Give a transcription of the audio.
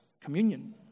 communion